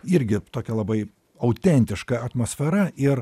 irgi tokia labai autentiška atmosfera ir